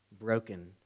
broken